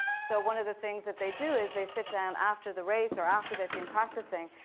so one of the things that they do is they sit down after the race or after they've been practicing.